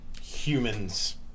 humans